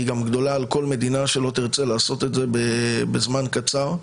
היא גם גדולה על כל מדינה שלא תרצה לעשות את זה בזמן קצר.